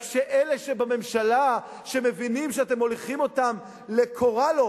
רק שאלה בממשלה שמבינים שאתם מוליכים אותם ל"קוראלס",